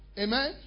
Amen